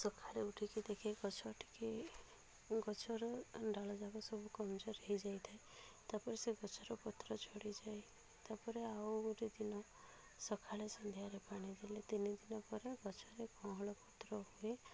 ସକାଳେ ଉଠି କି ଦେଖେ ଗଛ ଟିକେ ଗଛର ଡାଳ ଯାକ ସବୁ କମଯୋର ହେଇଯାଇ ଥାଏ ତା'ପରେ ସେ ଗଛର ପତ୍ର ଝଡ଼ିଯାଏ ତା'ପରେ ଆଉ ଗୋଟେ ଦିନ ସକାଳେ ସନ୍ଧ୍ୟାରେ ପାଣି ଦେଲେ ତିନିଦିନ ପରେ ଗଛରେ କଅଁଳ ପତ୍ର ହୁଏ